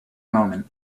moment